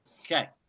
Okay